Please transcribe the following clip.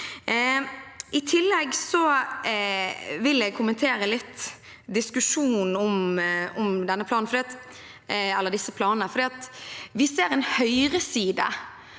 I tillegg vil jeg kommentere litt på diskusjonen om disse planene. Vi ser en høyreside